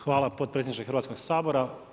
Hvala potpredsjedniče Hrvatskog sabora.